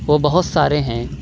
وہ بہت سارے ہیں